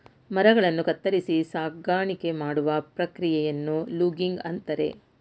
ಮರಗಳನ್ನು ಕತ್ತರಿಸಿ ಸಾಗಾಣಿಕೆ ಮಾಡುವ ಪ್ರಕ್ರಿಯೆಯನ್ನು ಲೂಗಿಂಗ್ ಅಂತರೆ